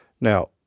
Now